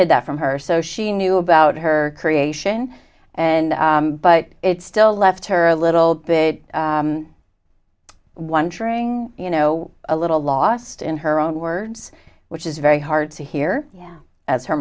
had that from her so she knew about her creation and but it's still left her a little bit wondering you know a little lost in her own words which is very hard to hear yeah as her